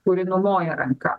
kuri numoja ranka